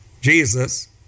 Jesus